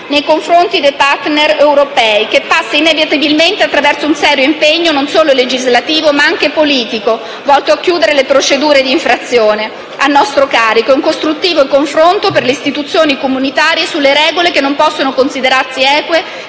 nei confronti dei *partner* europei, che passa inevitabilmente attraverso un serio impegno non solo legislativo, ma anche politico, volto a chiudere le procedure di infrazione a nostro carico e un costruttivo confronto con le istituzioni comunitarie sulle regole che non possono considerarsi eque